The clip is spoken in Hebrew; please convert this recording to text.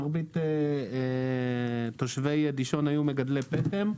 מרבית תושבי דישון היו מגדלי פטם,